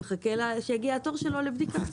מחכה שיגיע התור שלו לבדיקה.